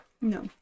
No